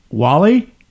wally